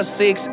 six